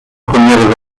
premières